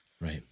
Right